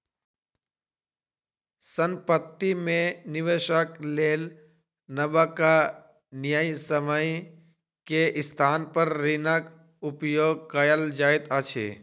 संपत्ति में निवेशक लेल नबका न्यायसम्य के स्थान पर ऋणक उपयोग कयल जाइत अछि